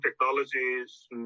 technologies